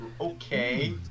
okay